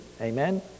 Amen